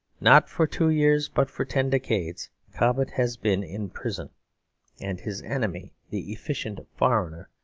not for two years, but for ten decades cobbett has been in prison and his enemy, the efficient foreigner,